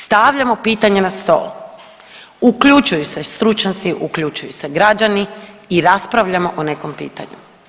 Stavljamo pitanje na stol, uključuju se stručnjaci, uključuju se građani i raspravljamo o nekom pitanju.